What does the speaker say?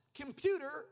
computer